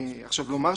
כמובן,